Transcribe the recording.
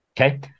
Okay